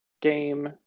game